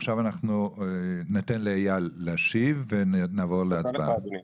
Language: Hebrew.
עכשיו אנחנו ניתן לאייל להשיב, ונעבור להצבעה.